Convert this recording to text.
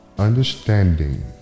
understanding